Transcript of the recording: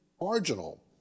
marginal